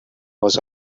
was